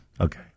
Okay